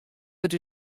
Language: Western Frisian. wurdt